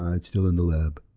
ah it's still in the lab.